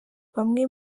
bamwe